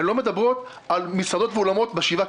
הן לא מדברות על מסעדות ואולמות בשבעה